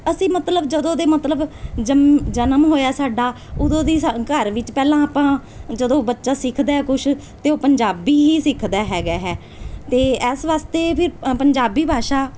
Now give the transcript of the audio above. ਅਸੀਂ ਮਤਲਬ ਜਦੋਂ ਦੇ ਮਤਲਬ ਜੰਮ ਜਨਮ ਹੋਇਆ ਸਾਡਾ ਉਦੋਂ ਦੀ ਸਾ ਘਰ ਵਿੱਚ ਪਹਿਲਾਂ ਆਪਾਂ ਜਦੋਂ ਬੱਚਾ ਸਿੱਖਦਾ ਕੁਛ ਅਤੇ ਉਹ ਪੰਜਾਬੀ ਹੀ ਸਿੱਖਦਾ ਹੈਗਾ ਹੈ ਅਤੇ ਇਸ ਵਾਸਤੇ ਫਿਰ ਪੰਜਾਬੀ ਭਾਸ਼ਾ